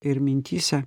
ir mintyse